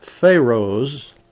Pharaohs